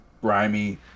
grimy